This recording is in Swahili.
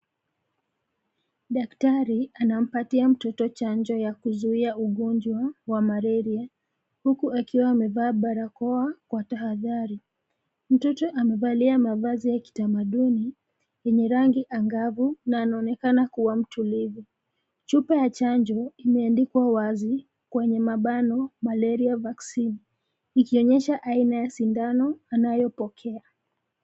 Daktari anampatia mtoto chanjo ya kuzuia ugonjwa wa malaria, huku akiwa amevaa barakoa kwa tahadhari. Mtoto amevalia mavazi ya kitamuduni yenye rangi angavu na anaonekana kuwa mtulivu. Chupa ya chanjo imeandikwa wazi kwenye mabano Malaria Vaccine, ikionyesha aina ya sindano anayopokea.